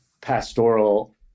pastoral